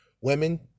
women